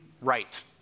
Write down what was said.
right